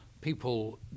people